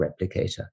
replicator